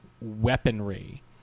weaponry